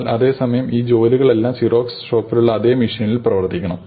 എന്നാൽ അതേ സമയം ഈ ജോലികളെല്ലാം സിറോക്സ് ഷോപ്പിലുള്ള അതേ മെഷീനുകളിൽ പ്രവർത്തിക്കണം